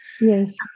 Yes